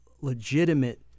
legitimate